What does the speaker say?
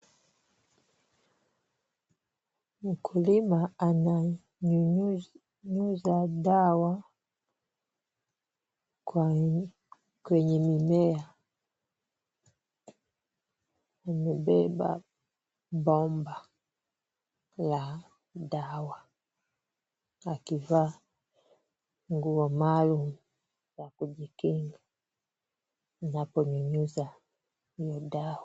Mkulima ananyunyiza dawa kwenye mimea. Amebeba bamba ya dawa akivaa nguo maalum za kujikinga za kunyunyiza hiyo dawa.